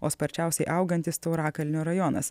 o sparčiausiai augantis taurakalnio rajonas